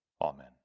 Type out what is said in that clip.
Amen